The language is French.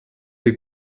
des